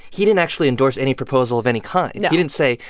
he didn't actually endorse any proposal of any kind no he didn't say,